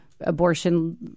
abortion